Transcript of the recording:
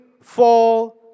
fall